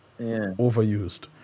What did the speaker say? Overused